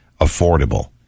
affordable